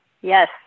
Yes